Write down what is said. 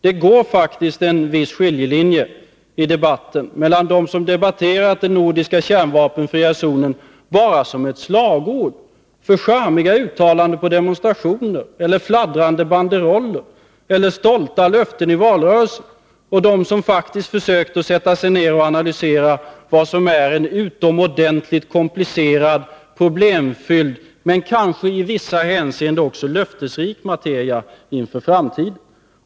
Det går faktiskt en viss skiljelinje i debatten mellan dem som debatterat frågan om en nordisk kärnvapenfri zon bara som ett slagord, för charmiga uttalanden på demonstrationer, fladdrande banderoller eller stolta löften i valrörelsen och dem som faktiskt försöker sätta sig ner och analysera vad som är en utomordentligt komplicerad och problemfylld men i vissa hänseenden kanske också löftesrik materia inför framtiden.